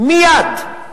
מייד,